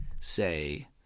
say